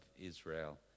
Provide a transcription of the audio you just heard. Israel